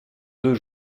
deux